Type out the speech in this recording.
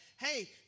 hey